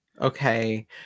okay